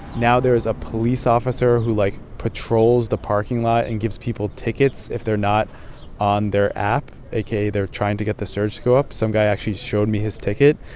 now there's a police officer who, like, patrols the parking lot and gives people tickets if they're not on their app, aka they're trying to get the surge to go up. some guy actually showed me his ticket.